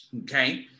okay